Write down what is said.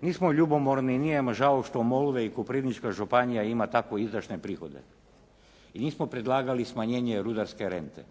nismo ljubomorni, nije nam žao što Molve i Koprivnička županija ima tako izdašne prihode i nismo predlagali smanjenje rudarske rente,